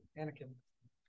anakin